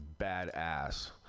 badass